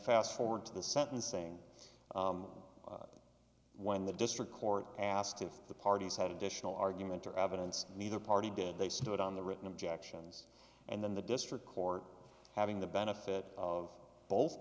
fast forward to the sentencing when the district court asked if the parties had additional argument or evidence and neither party did they stood on the written objections and then the district court having the benefit of both